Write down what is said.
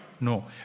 No